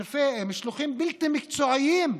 משלחי יד בלתי מקצועיים,